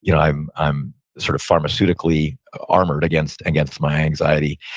you know i'm i'm sort of pharmaceutically armored against against my anxiety.